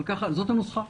זאת הנוסחה.